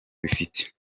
bifite